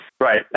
Right